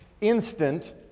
instant